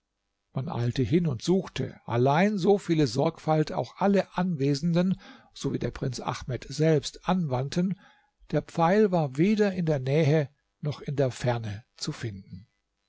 man eilte hin und suchte allein so viele sorgfalt auch alle anwesenden sowie der prinz ahmed selbst anwandten der pfeil war weder in der nähe noch in der ferne zu finden